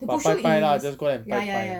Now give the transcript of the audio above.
to 拜拜啦 just go and 拜拜